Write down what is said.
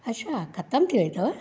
अच्छा ख़तमु थी वई अथव